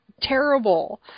Terrible